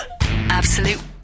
Absolute